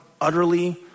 utterly